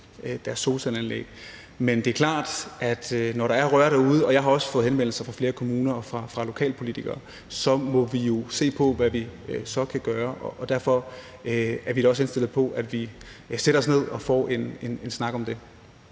deres solcelleanlæg. Men det er klart, at vi, når der er røre derude – og jeg har fået henvendelser fra flere kommuner og fra lokalpolitikere – jo så må se på, hvad vi så kan gøre. Derfor er vi da også indstillet på, at vi sætter os ned og får en snak om det.